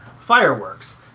fireworks